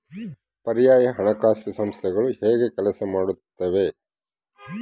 ಪರ್ಯಾಯ ಹಣಕಾಸು ಸಂಸ್ಥೆಗಳು ಹೇಗೆ ಕೆಲಸ ಮಾಡುತ್ತವೆ?